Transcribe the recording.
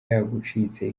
yagucitse